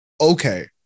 okay